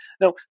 Now